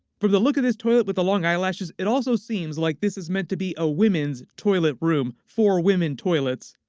from the look of this toilet with the long eyelashes it also seems like this is meant to be a women's toilet room for women toilets.